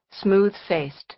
smooth-faced